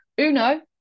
Uno